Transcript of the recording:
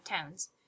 tones